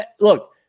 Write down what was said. Look